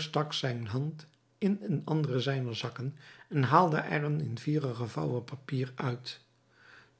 stak zijn hand in een anderen zijner zakken en haalde er een in vieren gevouwen papier uit